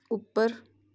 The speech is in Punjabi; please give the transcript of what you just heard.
ਉੱਪਰ